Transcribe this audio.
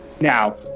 Now